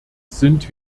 sind